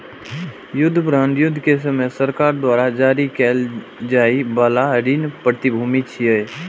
युद्ध बांड युद्ध के समय सरकार द्वारा जारी कैल जाइ बला ऋण प्रतिभूति छियै